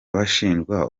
bashinjwa